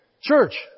Church